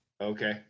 Okay